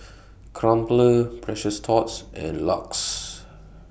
Crumpler Precious Thots and LUX